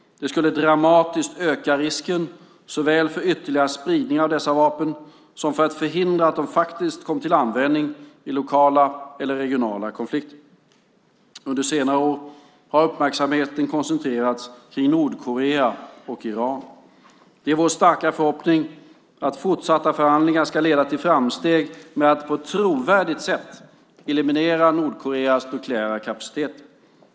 Det skulle dramatiskt öka risken såväl för ytterligare spridning av dessa vapen som för att de faktiskt kom till användning i lokala eller regionala konflikter . Under senare år har uppmärksamheten koncentrerats kring Nordkorea och Iran. Det är vår starka förhoppning att fortsatta förhandlingar ska leda till framsteg med att på ett trovärdigt sätt eliminera Nordkoreas nukleära kapacitet.